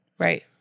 Right